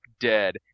dead